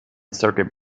circuit